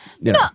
No